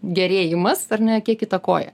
gerėjimas ar ne kiek įtakoja